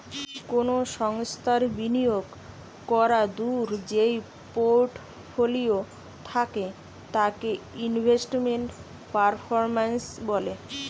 কোনো সংস্থার বিনিয়োগ করাদূঢ় যেই পোর্টফোলিও থাকে তাকে ইনভেস্টমেন্ট পারফরম্যান্স বলে